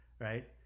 right